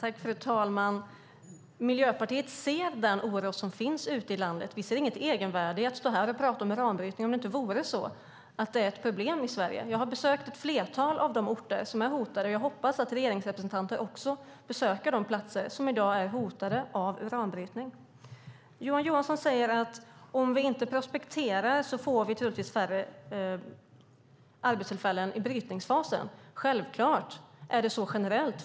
Fru talman! Miljöpartiet ser den oro som finns ute i landet. Vi ser inget egenvärde i att stå här och prata om uranbrytning om det inte vore ett problem i Sverige. Jag har besökt ett flertal av de orter som är hotade. Jag hoppas att regeringsrepresentanter också besöker de platser som i dag är hotade av uranbrytning. Johan Johansson säger att vi, om vi inte prospekterar, troligtvis får färre arbetstillfällen i brytningsfasen. Självklart är det så, generellt.